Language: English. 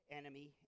enemy